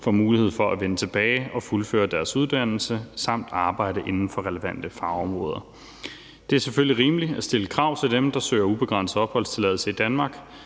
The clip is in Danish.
får mulighed for at vende tilbage og fuldføre deres uddannelse samt arbejde inden for relevante fagområder. Det er selvfølgelig rimeligt at stille krav til dem, der søger ubegrænset opholdstilladelse i Danmark.